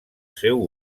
seu